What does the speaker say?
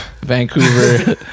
vancouver